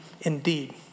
indeed